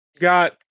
got